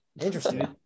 Interesting